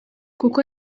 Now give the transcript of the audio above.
kuko